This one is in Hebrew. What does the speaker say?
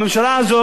הממשלה הזאת,